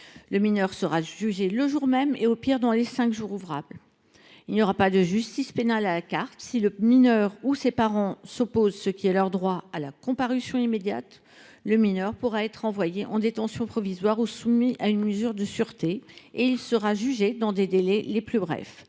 Le mineur sera jugé le jour même ou, au plus tard, dans les cinq jours ouvrables. Il n’y aura pas de justice pénale à la carte : si le mineur ou ses parents s’opposent à la comparution immédiate, ce qui est leur droit, l’intéressé pourra être envoyé en détention provisoire ou soumis à une mesure de sûreté, et il sera jugé dans des délais les plus brefs.